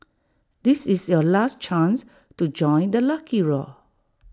this is your last chance to join the lucky raw